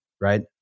right